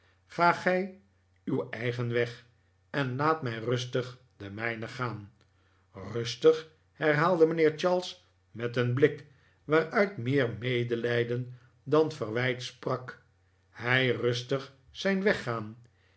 ga gij uw eigen weg en laat mij rustig den mijnen gaan rustig herhaalde mijnhear charles met een blik waaruit meer medelijden dan verwijt sprak hij rustig zijn